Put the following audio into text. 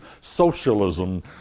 socialism